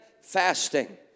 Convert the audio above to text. fasting